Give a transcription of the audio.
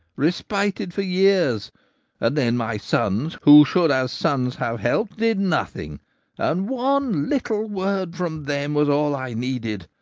respited for years and then my sons, who should as sons have helped, did nothing and, one little word from them was all i needed,